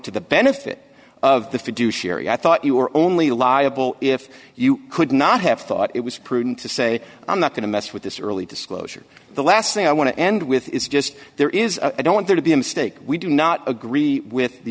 to the benefit of the fiduciary i thought you were only liable if you could not have thought it was prudent to say i'm not going to mess with this early disclosure the last thing i want to end with is just there is i don't want there to be a mistake we do not agree with the